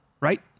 right